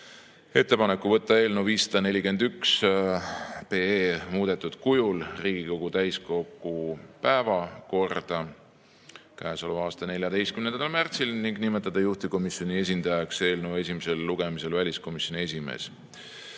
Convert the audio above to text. ettepaneku võtta eelnõu 541 muudetud kujul Riigikogu täiskogu päevakorda k.a 14. märtsil ning nimetada juhtivkomisjoni esindajaks eelnõu esimesel lugemisel väliskomisjoni esimees.